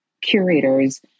curators